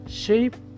shape